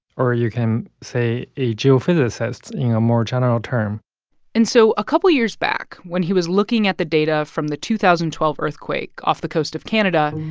or you can say a geophysicist you know, a more general term and so a couple of years back, when he was looking at the data from the two thousand and twelve earthquake off the coast of canada,